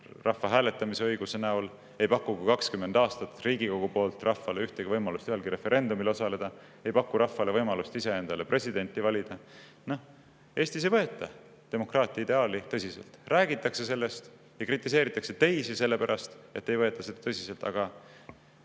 rahvahääletamise õiguse näol, Riigikogu ei ole 20 aasta jooksul pakkunud rahvale ühtegi võimalust ühelgi referendumil osaleda, me ei paku ka rahvale võimalust ise endale presidenti valida. Eestis ei võeta demokraatia ideaali tõsiselt. Räägitakse sellest ja kritiseeritakse teisi sellepärast, et ei võeta seda tõsiselt, aga